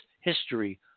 history